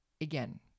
again